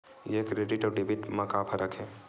ये क्रेडिट आऊ डेबिट मा का फरक है?